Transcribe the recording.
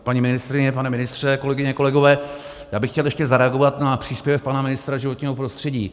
Paní ministryně, pane ministře, kolegyně, kolegové, já bych chtěl ještě zareagovat na příspěvek pana ministra životního prostředí.